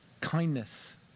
Kindness